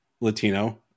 Latino